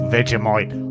Vegemite